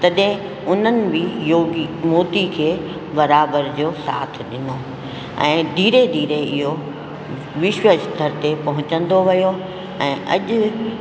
तॾहिं उन्हनि बि योगी मोदी खे बराबरि जो साथ ॾिनो ऐं धीरे धीरे इहो विश्व स्थर ते पहुचंदो वियो ऐं अॼु